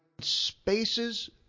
spaces